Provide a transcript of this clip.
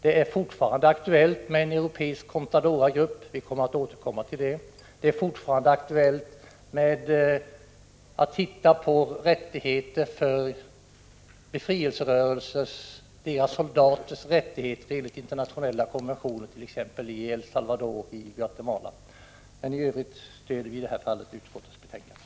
Det är fortfarande aktuellt med en europeisk Contadoragrupp, och vi skall återkomma till det. Det är fortfarande aktuellt att titta på befrielserörelsers soldaters rättigheter enligt internationella konventioner, t.ex. i El Salvador och Guatemala. I övrigt stöder vi utskottets hemställan.